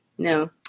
No